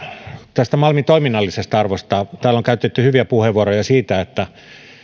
tästä malmin toiminnallisesta arvosta täällä on käytetty hyviä puheenvuoroja siitä että